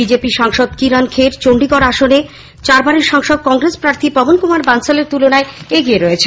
BJP সাংসদ কিরণ খের চন্ডীগড় আসনে চারবারের সাংসদ কংগ্রেস প্রার্থী পবন কুমার বানসালের তুলনায় এগিয়ে আছেন